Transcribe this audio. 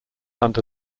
under